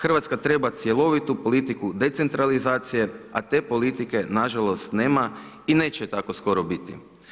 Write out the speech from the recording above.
Hrvatska treba cjelovitu politiku decentralizacije a te politike nažalost nema i neće je tako skoro biti.